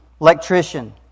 Electrician